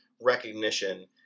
recognition